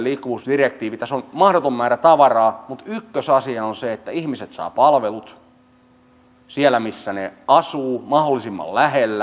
tässä on mahdoton määrä tavaraa mutta ykkösasia on se että ihmiset saavat palvelut siellä missä he asuvat mahdollisimman lähellä ja mahdollisimman laadukkaina